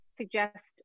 suggest